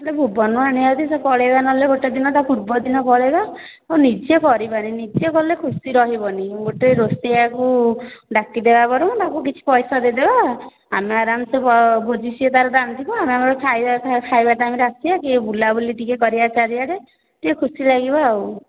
ଭୁବନରୁ ଆଣିବା ଯଦି ସେ ପଳାଇବା ନହେଲେ ଗୋଟେ ଦିନ ତା ପୂର୍ବ ଦିନ ପଳାଇବା ଆଉ ନିଜେ କରିବାନି ନିଜେ କଲେ ଖୁସି ରହିବନି ଗୋଟେ ରୋଷେୟା କୁ ଡାକିଦେବା ବରଂ ତାକୁ କିଛି ପଇସା ଦେଇଦବା ଆମେ ଆରାମସେ ଭୋଜି ସିଏ ତାର ରାନ୍ଧିବ ଆମେ ଆମର ଖାଇବା ଖାଇବା ଟାଇମ ରେ ଆସିବା ଟିକେ ବୁଲ ବୁଲି କରିବା ଟିକେ ଚାରିଆଡ଼େ ଟିକେ ଖୁସି ଲାଗିବ ଆଉ